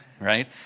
right